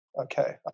okay